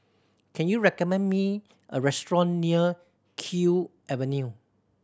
can you recommend me a restaurant near Kew Avenue